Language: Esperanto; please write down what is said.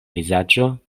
vizaĝo